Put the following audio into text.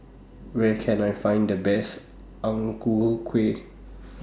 Where Can I Find The Best Ang Ku Kueh